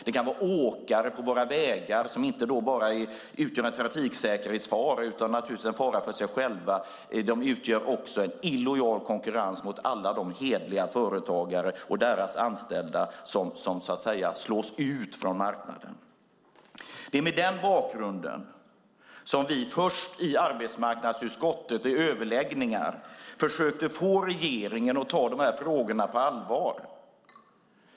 Det kan vara åkare på våra vägar som inte bara utgör en trafikfara utan också utgör en illojal konkurrens för alla de hederliga företagare och deras anställda som slås ut från marknaden. Det är mot den bakgrunden som vi i överläggningar i arbetsmarknadsutskottet försökte få regeringen att ta de här frågorna på allvar.